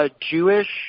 Jewish